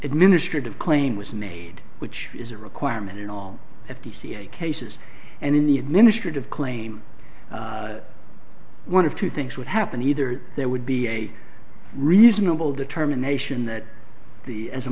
administrative claim was made which is a requirement in all of the ca cases and in the administrative claim one of two things would happen either there would be a reasonable determination that the as a